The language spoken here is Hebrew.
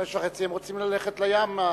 ב-17:30 הם רוצים ללכת לים.